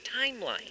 timeline